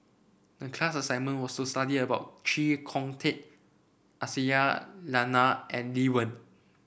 a class assignment was to study about Chee Kong Tet Aisyah Lyana and Lee Wen